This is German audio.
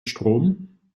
strom